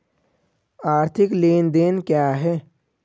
आर्थिक लेनदेन क्या है?